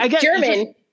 German